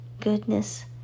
goodness